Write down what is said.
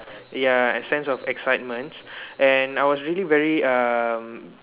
ya and sense of excitement and I was really very um